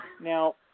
Now